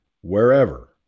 wherever